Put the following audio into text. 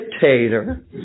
dictator